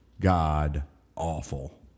god-awful